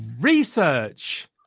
research